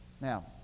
Now